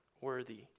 worthy